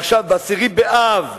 עכשיו, ב-10 באב תשס"ה,